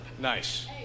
Nice